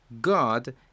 God